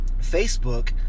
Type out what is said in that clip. Facebook